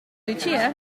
lucia